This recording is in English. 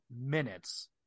minutes